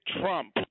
Trump